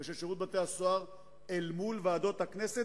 ושל שירות בתי-הסוהר אל מול ועדות הכנסת.